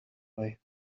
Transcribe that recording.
way